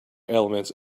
elements